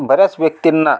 बऱ्याच व्यक्तिंना